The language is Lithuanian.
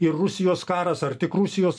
ir rusijos karas ar tik rusijos